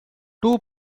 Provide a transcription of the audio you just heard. two